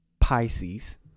Pisces